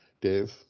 Dave